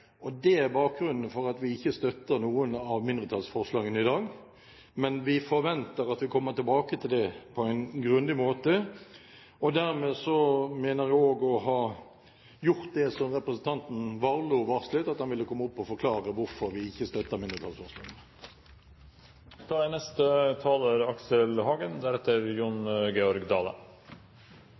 vei. Det er bakgrunnen for at vi ikke støtter noen av mindretallsforslagene i dag, Men vi forventer at vi kommer tilbake til dette på en grundig måte. Dermed mener vi også å ha gjort det som representanten Warloe varslet, at han ville komme opp og forklare hvorfor vi ikke støtter mindretallsforslagene. Takk for en god debatt. Jeg ser fram til de neste.